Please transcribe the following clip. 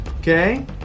okay